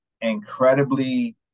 incredibly